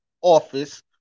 Office